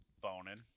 boning